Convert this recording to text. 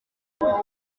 umwana